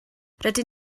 rydyn